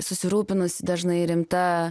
susirūpinusi dažnai rimta